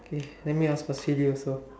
okay let me ask a silly also